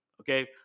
Okay